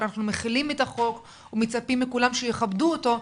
אנחנו מחילים את החוק ומצפים מכולם שיכבדו אותו,